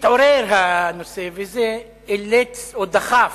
התעורר הנושא וזה אילץ או דחף,